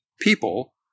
people